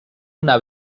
una